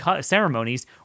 ceremonies